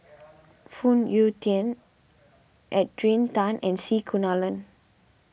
Phoon Yew Tien Adrian Tan and C Kunalan